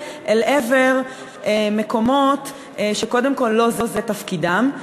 אל עבר מקומות שקודם כול לא זה תפקידם להיות בהם.